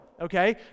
okay